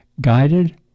guided